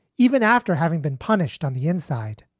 even after having been punished on the inside.